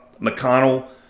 McConnell